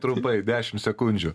trumpai dešim sekundžių